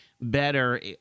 better